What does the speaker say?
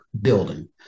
building